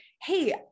hey